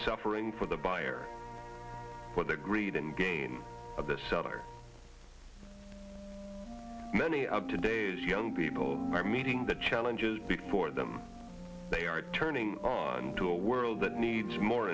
suffering for the buyer for their greed and gain of the seller many of today's young people are meeting the challenges before them they are turning on to a world that needs more